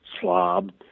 slob